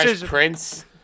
Prince